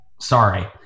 Sorry